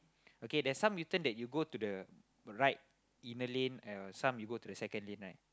okay there's some U-turn that you go to the right inner lane uh some you go the to second lane right